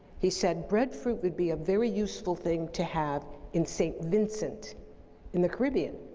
he said breadfruit would be a very useful thing to have in saint vincent in the caribbean.